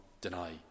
deny